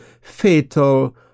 fatal